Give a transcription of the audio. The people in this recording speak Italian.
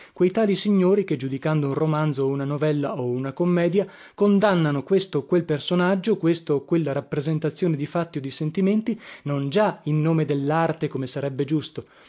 quei tali signori che giudicando un romanzo o una novella o una commedia condannano questo o quel personaggio questa o quella rappresentazione di fatti o di sentimenti non già in nome dellarte come sarebbe giusto